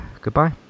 Goodbye